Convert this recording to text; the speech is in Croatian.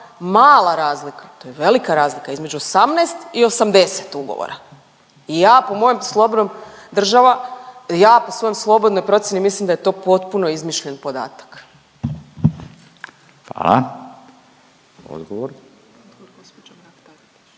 mala razlika, to je velika razlika između 18 i 80 ugovora i ja po mojem slobodnom, država, ja po svojoj slobodnoj procijeni mislim da je to potpuno izmišljen podatak. **Radin, Furio (Nezavisni)**